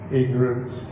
ignorance